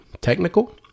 technical